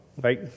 right